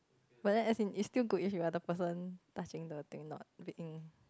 but then as in it still good if you are the person touching the thing not being